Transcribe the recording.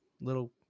little